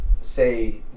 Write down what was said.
say